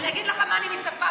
אני מצפה,